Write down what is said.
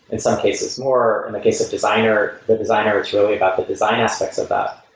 in some case, it's more in the case of designer, the designer it's really about the design aspects of that.